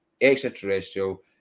extraterrestrial